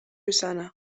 izana